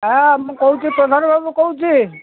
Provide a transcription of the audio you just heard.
ହଁ ମୁଁ କହୁଛି ପ୍ରଧାନ ବାବୁ କହୁଛି